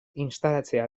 instalatzea